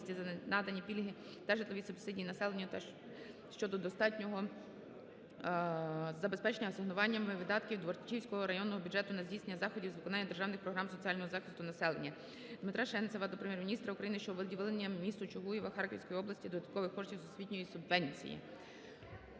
Дмитра Шенцева до Прем'єр-міністра України щодо виділення місту Чугуєву Харківської області додаткових коштів освітньої субвенції.